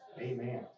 Amen